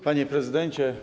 Panie Prezydencie!